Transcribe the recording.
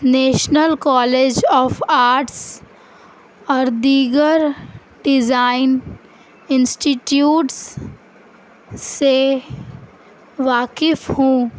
national college of arts اور دیگر design institutes سے واقف ہوں